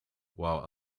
while